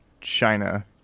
China